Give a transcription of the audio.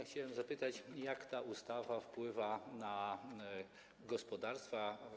Chciałem zapytać, jak ta ustawa wpływa na gospodarstwa.